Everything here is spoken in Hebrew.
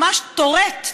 ממש טורט,